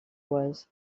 was